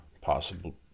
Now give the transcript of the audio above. possible